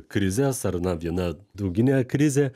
krizės ar na viena dauginė krizė